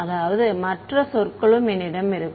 அதாவது மற்ற சொற்களும் என்னிடம் இருக்கும்